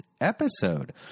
episode